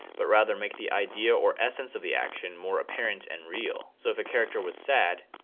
but rather make the idea or essence of the action more apparent and real. so if a character was sad,